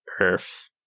earth